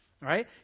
Right